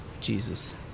Jesus